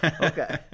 Okay